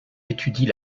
étudie